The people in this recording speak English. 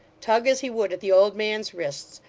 tug as he would at the old man's wrists,